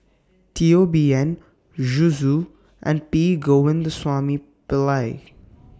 Teo Bee Yen Zhu Xu and P Govindasamy Pillai